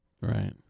Right